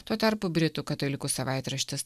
tuo tarpu britų katalikų savaitraštis